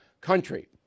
country